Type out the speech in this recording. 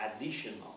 Additional